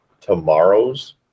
tomorrow's